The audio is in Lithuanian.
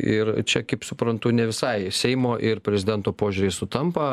ir čia kaip suprantu ne visai seimo ir prezidento požiūriai sutampa